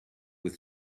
with